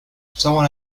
someone